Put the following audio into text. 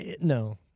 no